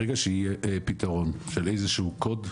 ברגע שיהיה פתרון של איזשהו קוד,